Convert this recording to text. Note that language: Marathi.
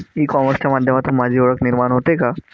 ई कॉमर्सच्या माध्यमातून माझी ओळख निर्माण होते का?